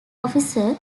officer